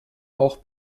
auch